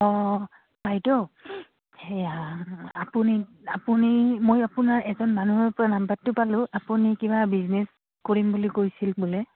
অঁ বাইদেউ সেয়া আপুনি আপুনি মই আপোনাৰ এজন মানুহৰ পৰা নাম্বাৰটো পালোঁ আপুনি কিবা বিজনেচ কৰিম বুলি কৈছিল বোলে